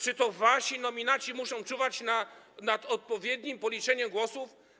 Czy to wasi nominaci muszą czuwać nad odpowiednim policzeniem głosów?